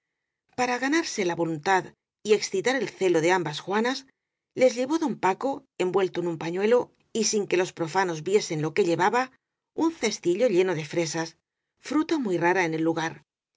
para ganarse la voluntad y excitar el celo de ambas juanas les llevó don paco en vuelto en un pañuelo y sin que los profanos vie sen lo que llevaba un cestillo lleno de fresas fruta muy rara en el lugar